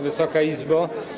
Wysoka Izbo!